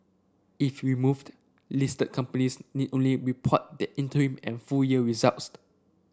if removed listed companies need only report their interim and full year results